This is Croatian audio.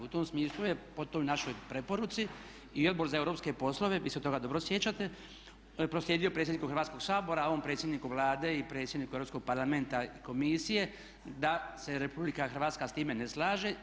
U tom smislu je, po toj našoj preporuci i Odbor za europske poslove, vi se toga dobro sjećate, proslijedio predsjedniku Hrvatskoga sabora, ovom predsjedniku Vlade i predsjedniku Europskog parlamenta i komisije da se Republika Hrvatska s time ne slaže.